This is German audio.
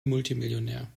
multimillionär